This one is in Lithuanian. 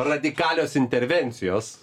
radikalios intervencijos